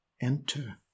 enter